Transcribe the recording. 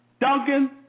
Duncan